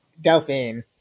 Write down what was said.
Delphine